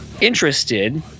interested